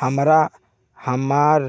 हमरा हमर